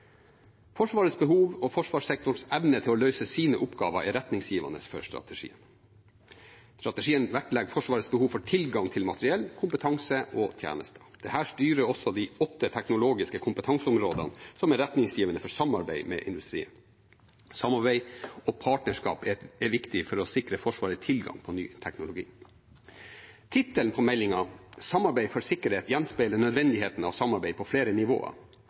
Forsvarets behov og forsvarssektorens evne til å løse sine oppgaver er retningsgivende for strategien. Strategien vektlegger Forsvarets behov for tilgang til materiell, kompetanse og tjenester. Dette styrer også de åtte teknologiske kompetanseområdene som er retningsgivende for samarbeid med industrien. Samarbeid og partnerskap er viktig for å sikre Forsvaret tilgang på ny teknologi. Tittelen på meldingen, Samarbeid for sikkerhet, gjenspeiler nødvendigheten av samarbeid på flere nivåer: